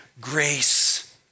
grace